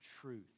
truth